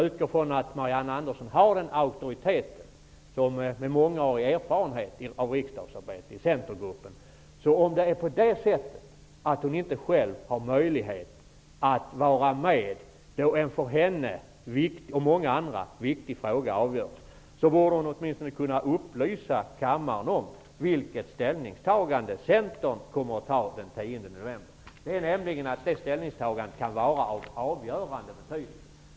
Jag utgår från att Marianne Andersson har den auktoriteten med sin mångåriga erfarenhet av riksdagsarbetet inom Centern. Om hon inte har möjlighet att vara med då en för henne och många andra viktig fråga avgörs, borde hon åtminstone kunna upplysa kammaren om vilket ställningstagande Centerpartiet kommer att göra den 10 november. Det är nämligen ett ställningstagande som kan vara av avgörande betydelse.